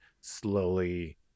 slowly